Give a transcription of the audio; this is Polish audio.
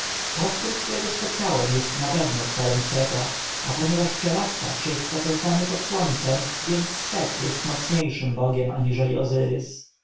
potwór którego spotkałem jest na pewno tworem seta a ponieważ przerasta wszystko co znamy pod słońcem więc set jest mocniejszym bogiem aniżeli